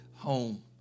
home